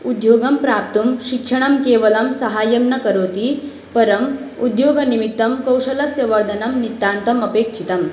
उद्योगं प्राप्तुं शिक्षणं केवलं सहायं न करोति परम् उद्योगनिमित्तं कौशलस्य वर्धनं नितान्तम् अपेक्षितम्